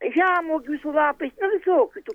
žemuogių su lapais na visokių tokių